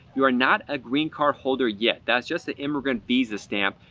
you are not a green card holder yet. that's just the immigrant visa stamp.